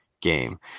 game